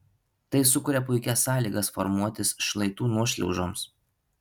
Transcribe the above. tai sukuria puikias sąlygas formuotis šlaitų nuošliaužoms